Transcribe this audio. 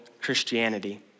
Christianity